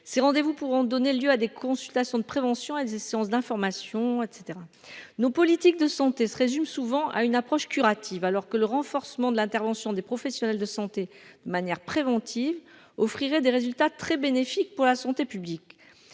ces rendez-vous pourront donner lieu à des consultations de prévention elles séances d'information, et cetera nos politiques de santé se résume souvent à une approche curative, alors que le renforcement de l'intervention des professionnels de santé manière préventive offrirait des résultats très bénéfique pour la santé publique